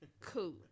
Cool